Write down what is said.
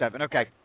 okay